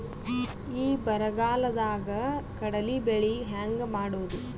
ಈ ಬರಗಾಲದಾಗ ಕಡಲಿ ಬೆಳಿ ಹೆಂಗ ಮಾಡೊದು?